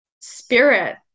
spirit